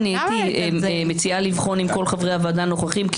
הייתי מציעה לבחון אם כל חברי הוועדה נוכחים,